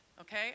okay